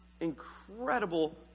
Incredible